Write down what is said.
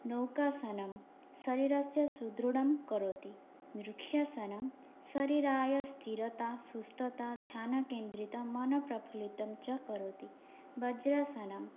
नौकासनं शरीरस्य सुदृढं करोति वृक्षासनं शरीराय स्थिरता सुस्थता ध्यानकेन्द्रितं मनप्रफुल्लितञ्च करोति वज्रासनम्